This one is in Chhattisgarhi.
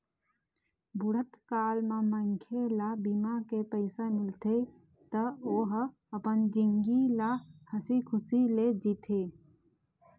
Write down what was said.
बुढ़त काल म मनखे ल बीमा के पइसा मिलथे त ओ ह अपन जिनगी ल हंसी खुसी ले जीथे